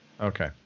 Okay